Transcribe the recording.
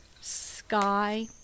Sky